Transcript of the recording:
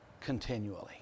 continually